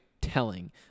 telling